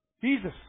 Jesus